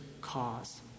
cause